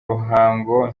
ruhango